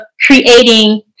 creating